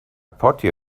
party